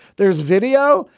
there is video.